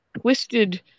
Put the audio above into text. twisted